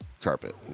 carpet